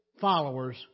followers